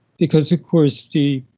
because of course, the